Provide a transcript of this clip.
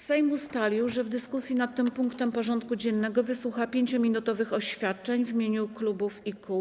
Sejm ustalił, że w dyskusji nad tym punktem porządku dziennego wysłucha 5-minutowych oświadczeń w imieniu klubów i kół.